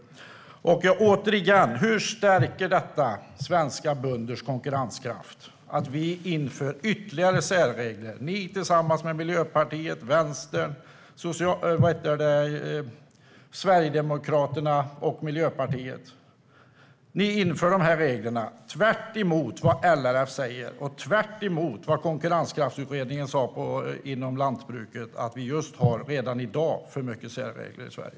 Hur stärker det svenska bönders konkurrenskraft att vi inför ytterligare särregler? Tillsammans med Miljöpartiet, Vänstern och Sverigedemokraterna vill ni införa dessa regler, tvärtemot vad LRF vill och tvärtemot vad man sa i utredningen om konkurrenskraft i lantbruket. Där sa man att vi redan i dag har för mycket särregler i Sverige.